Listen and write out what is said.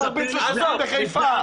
הוא מרביץ לשוטרים בחיפה.